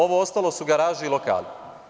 Ovo ostalo su garaže i lokali.